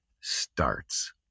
starts